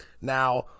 Now